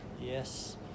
yes